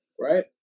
right